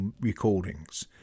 recordings